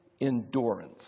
endurance